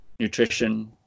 Nutrition